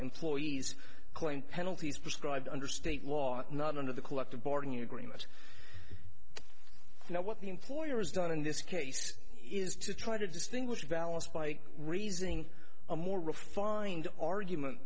employees claim penalties prescribed under state law not under the collective bargaining agreement you know what the employer has done in this case is to try to distinguish balance by raising a more refined argument